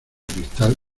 cristal